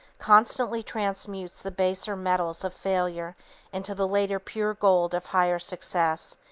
constantly transmutes the baser metals of failure into the later pure gold of higher success,